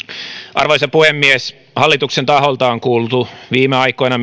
arvoisa puhemies hallituksen taholta on kuultu viime aikoina